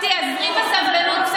אם תיאזרי קצת בסבלנות,